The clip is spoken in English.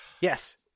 Yes